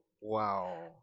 wow